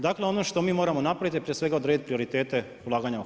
Dakle ono što mi moramo napraviti je prije svega odrediti prioritete ulaganja u HŽ.